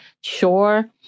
Sure